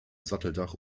satteldach